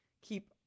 keep